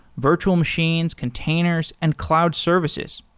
virtual machines, containers and cloud services.